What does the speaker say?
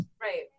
Right